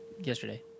yesterday